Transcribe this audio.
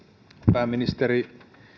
pääministeri